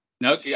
No